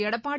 Edappadi